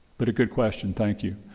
but a good question. thank you.